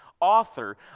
author